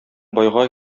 байга